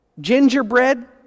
gingerbread